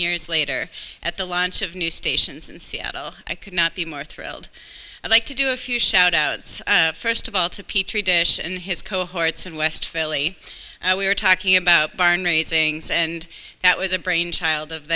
years later at the launch of news stations in seattle i could not be more thrilled i'd like to do a few shout outs first of all to petri dish and his cohorts in west philly we're talking about barn raising and that was a brainchild of